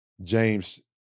James